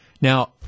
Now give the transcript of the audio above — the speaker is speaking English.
Now